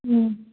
ꯎꯝ